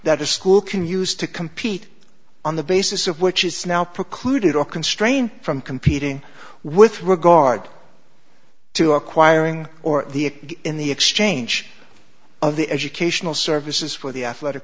that the school can use to compete on the basis of which is now precluded or constrained from competing with regard to acquiring or the it in the exchange of the educational services for the athletic